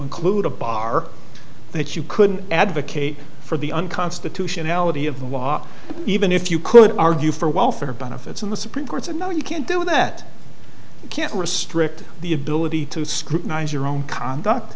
include a bar that you couldn't advocate for the unconstitutionality of the law even if you could argue for welfare benefits in the supreme court said no you can't do that you can't restrict the ability to scrutinize your own conduct